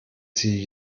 sie